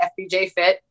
fbjfit